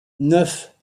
neuf